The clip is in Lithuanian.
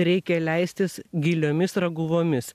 reikia leistis giliomis raguvomis